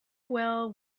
well